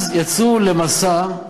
אז יצאו למסע,